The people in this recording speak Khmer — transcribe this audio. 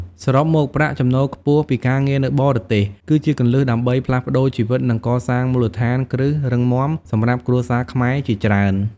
សរុបមក ប្រាក់ចំណូលខ្ពស់ពីការងារនៅបរទេស គឺជាគន្លឹះដើម្បីផ្លាស់ប្តូរជីវិត និងកសាងមូលដ្ឋានគ្រឹះរឹងមាំសម្រាប់គ្រួសារខ្មែរជាច្រើន។